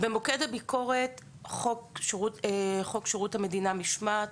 במוקד הביקורת היה חוק שירות המדינה (משמעת).